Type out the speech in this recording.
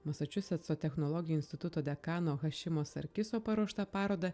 masačusetso technologijų instituto dekano hašimo sarkiso paruoštą parodą